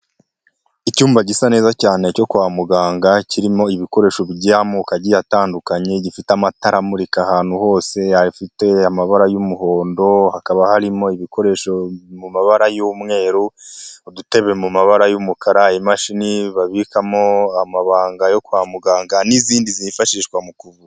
Icyumba gisa neza cyane cyo kwa muganga, kirimo ibikoresho by'amoko atandukanye, gifite amatara amurika ahantu hose, afite amabara y'umuhondo, hakaba harimo ibikoresho mu mabara y'umweru, udutebe mu mabara y'umukara, imashini babikamo amabanga yo kwa muganga, n'izindi zifashishwa mu kuvura.